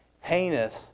heinous